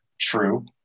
true